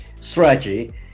strategy